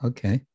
Okay